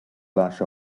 flash